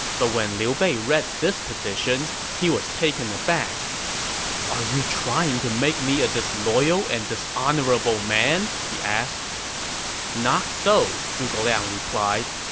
but when liu bei read this petition, he was taken aback are you trying to make me a disloyal and dishonorable man? he said not so, zhuge liang replied.